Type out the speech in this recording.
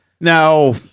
Now